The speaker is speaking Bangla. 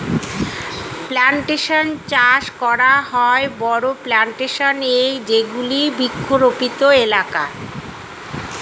প্লানটেশন চাষ করা হয় বড়ো প্লানটেশন এ যেগুলি বৃক্ষরোপিত এলাকা